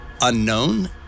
unknown